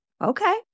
okay